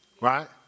Right